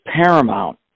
paramount